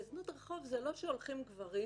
וזאת הכוונה של המשטרה ושל משרד המשפטים,